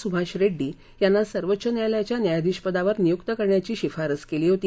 सुभाष रेङ्डी यांना सर्वोच्च न्यायालयाच्या न्यायाधीशपदावर नियुक्त करण्याची शिफारस केली होती